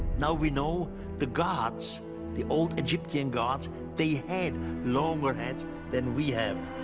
now, we know the gods the old egyptian gods they had longer heads than we have.